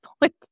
point